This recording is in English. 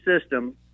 system